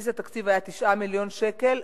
בסיס התקציב היה 9 מיליון שקל,